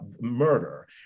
murder